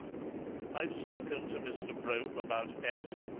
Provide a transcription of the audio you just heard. i've spoken to mr. brope about f,